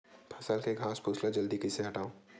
फसल के घासफुस ल जल्दी कइसे हटाव?